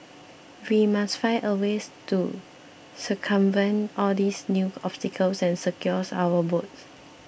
we must find a ways to circumvent all these new obstacles and secure our votes